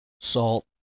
salt